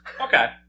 Okay